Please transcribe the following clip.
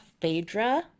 Phaedra